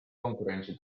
konkurentsi